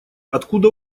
откуда